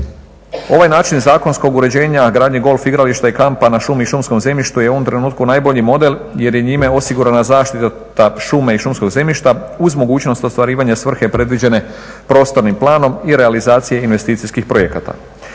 Ovaj način zakonskog uređenja gradnje golf igrališta i kampa na šumi i šumskom zemljištu je u ovom trenutku najbolji model jer je njime osigurana zaštita šuma i šumskog zemljišta uz mogućnost ostvarivanja svrhe predviđene prostornim planom i realizacije investicijskih projekata.